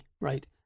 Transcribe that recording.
right